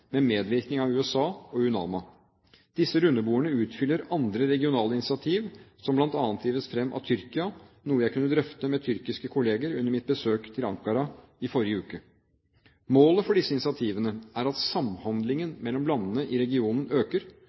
med medvirkning av USA og UNAMA. Disse rundebordene utfyller andre regionale initiativ, som bl.a. drives fram av Tyrkia, noe jeg kunne drøfte med tyrkiske kolleger under mitt besøk til Ankara i forrige uke. Målet for disse initiativene er at samhandlingene mellom landene i regionen øker,